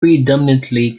predominantly